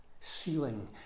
ceiling